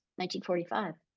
1945